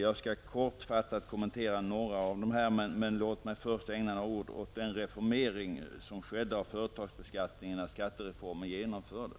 Jag skall kortfattat kommentera några av dem. Men låt mig först ägna några ord åt den reformering som skedde av företagsbeskattningen när skattereformen genomfördes.